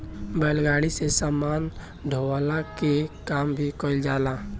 बैलगाड़ी से सामान ढोअला के काम भी कईल जाला